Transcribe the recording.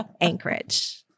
Anchorage